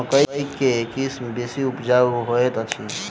मकई केँ के किसिम बेसी उपजाउ हएत अछि?